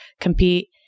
compete